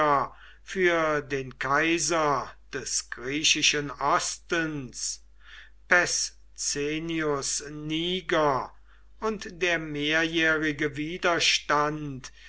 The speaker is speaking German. für den kaiser des griechischen ostens pescennius niger und der mehrjährige widerstand